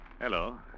Hello